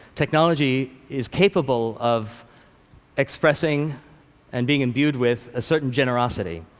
technology is capable of expressing and being imbued with a certain generosity,